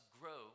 grow